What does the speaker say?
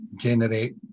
Generate